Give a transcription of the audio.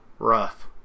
rough